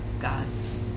God's